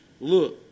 look